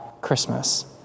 Christmas